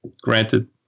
Granted